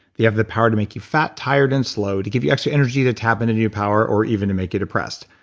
they have the power to make you fat, tired, and slow, to give you extra energy, to tap and into new power, or even to make you depressed.